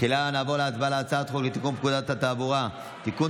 תחילה נעבור להצבעה על הצעת חוק לתיקון פקודת התעבורה (תיקון,